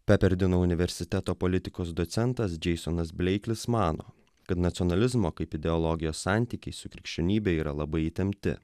perterdino universiteto politikos docentas džeksonas bleiklis mano kad nacionalizmo kaip ideologijos santykiai su krikščionybe yra labai įtempti